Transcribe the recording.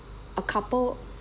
a couple